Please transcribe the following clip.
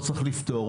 צריך לפתור,